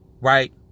right